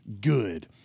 good